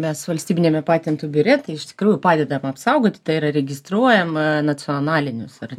mes valstybiniame patentų biure tai iš tikrųjų padedam apsaugoti tai yra registruojam nacionalinius ar